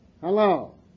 Hello